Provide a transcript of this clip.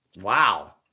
Wow